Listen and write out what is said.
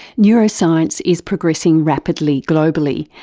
neuroscience is progressing rapidly globally,